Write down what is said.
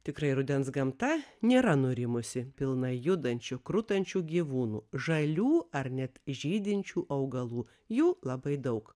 tikrai rudens gamta nėra nurimusi pilna judančių krutančių gyvūnų žalių ar net žydinčių augalų jų labai daug